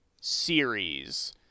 series